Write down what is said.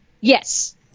Yes